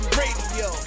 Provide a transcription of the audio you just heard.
radio